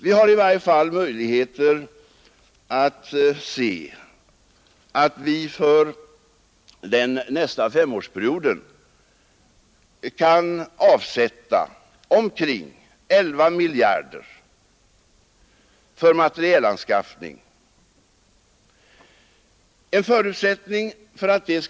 Vi har dock möjligheter att se, att vi för nästa femårsperiod kan avsätta omkring 11 miljarder för materielanskaffning, och det är ju ett ganska stort belopp.